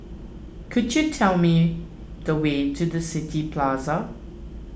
could you tell me the way to the City Plaza